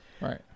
right